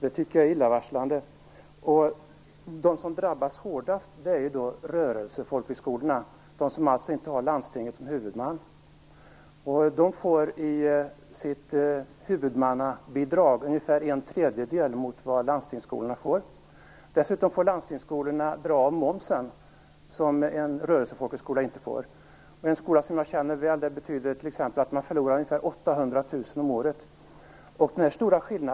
Det tycker jag är illavarslande. De som drabbas hårdast är rörelsefolkhögskolorna, de som alltså inte har landstinget som huvudman. De får i sitt huvudmannabidrag ungefär en tredjedel av vad landstingsskolorna får. Dessutom får landstingsskolorna dra av momsen, vilket en rörelsefolkhögskola inte får. För en skola som jag känner till väl betyder detta att man förlorar ungefär 800 000 kr om året.